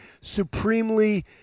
supremely –